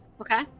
Okay